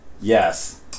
yes